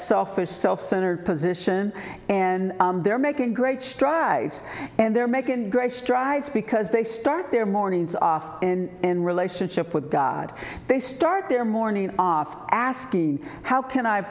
software self centered position and they're making great strides and they're making great strides because they start their mornings off and relationship with god they start their morning off asking how can i